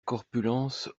corpulence